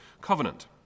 covenant